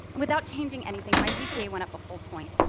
without changing anything, my gpa went up a full point.